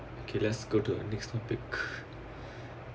okay let's go to the next topic